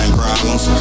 problems